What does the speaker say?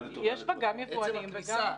יש בה גם יבואנים וגם --- עצם הכניסה,